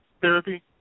therapy